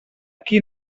qui